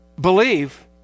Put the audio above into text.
Believe